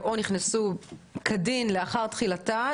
או נכנסו כדין לאחר תחילתה.